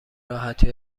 راحتی